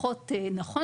פחות נכון.